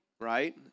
right